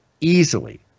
easily